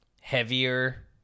heavier